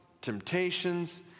temptations